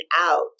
out